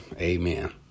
Amen